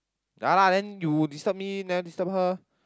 ya lah then you disturb me never disturb her